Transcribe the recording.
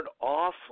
off